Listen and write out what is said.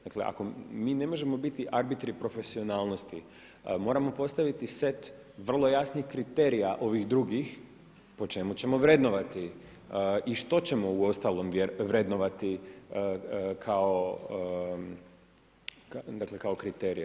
Dakle, ako mi ne možemo biti abitri profesionalnosti, moramo postaviti set vrlo jasnih kriterija ovih drugih, po čemu ćemo vrednovati i što ćemo uostalom vrednovati kao kriterije.